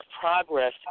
progress